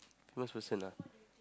most person ah